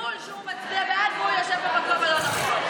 בול שהוא מצביע בעד והוא יושב במקום הלא-נכון.